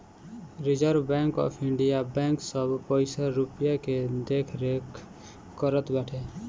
reserve bank of India bank सब पईसा रूपया के देखरेख करत बाटे